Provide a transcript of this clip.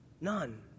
None